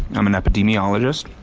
i'm an epidemiologist.